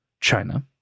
China